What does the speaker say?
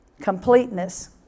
completeness